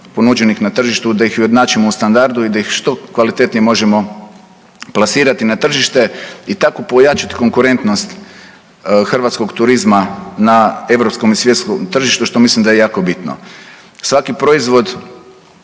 ponuđenih na tržištu da ih ujednačimo u standardu i da ih što kvalitetnije možemo plasirati na tržište i tako pojačati konkurentnost hrvatskog turizma na europskom i svjetskom tržištu, što mislim da je jako bitno. Svaki proizvod